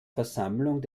versammlung